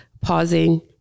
pausing